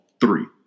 three